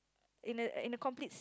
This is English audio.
in a in a complete